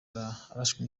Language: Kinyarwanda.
arashwe